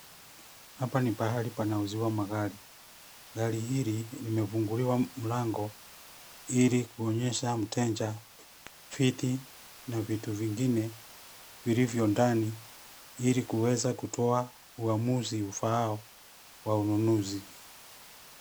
Hapa ni mahali panauziwa magari, Gari hili limefunguliwa mlango ili kuonyesha mteja viti na vitu vingine vilivyo ndani ili kuweza kutoa uamuzi ufaao wa ununuzi.